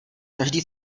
každý